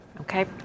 Okay